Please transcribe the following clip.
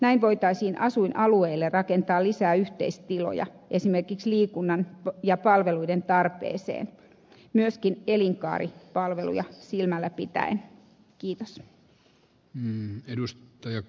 näin voitaisiin asuinalueille rakentaa lisää yhteistiloja esimerkiksi liikunnan ja palveluiden tarpeeseen myöskin elinkaaripalveluja silmälläpitäen kiitos n edus ta jak